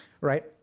right